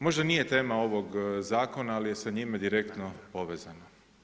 Možda nije tema ovog zakona ali je sa njim direktno povezano.